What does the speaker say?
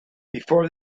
before